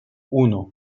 uno